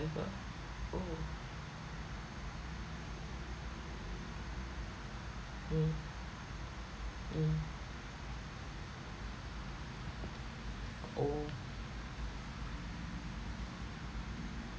oh mm mm oh